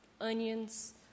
onions